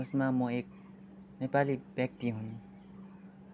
जसमा म एक नेपाली व्यक्ति हुँ र